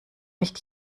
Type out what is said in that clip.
nicht